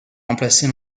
remplacer